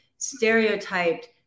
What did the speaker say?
stereotyped